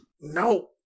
No